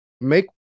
make